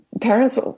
parents